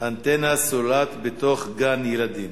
אנטנה סלולרית בתוך גן-ילדים.